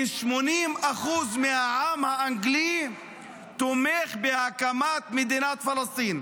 כ-80% מהעם האנגלי תומך בהקמת מדינת פלסטין.